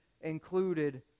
included